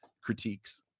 critiques